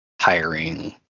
hiring